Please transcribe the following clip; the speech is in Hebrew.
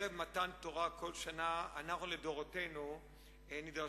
שבערב מתן תורה בכל שנה אנחנו לדורותינו נדרשים